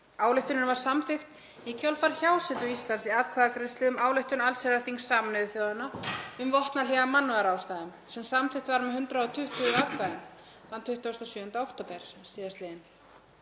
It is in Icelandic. Ályktunin var samþykkt í kjölfar hjásetu Íslands í atkvæðagreiðslu um ályktun allsherjarþings Sameinuðu þjóðanna um vopnahlé af mannúðarástæðum sem samþykkt var með 120 atkvæðum þann 27. október síðastliðinn.